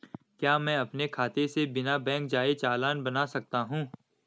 क्या मैं अपने खाते से बिना बैंक जाए चालान बना सकता हूँ?